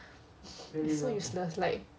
it's so useless like